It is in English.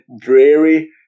dreary